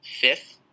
fifth